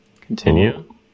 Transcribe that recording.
Continue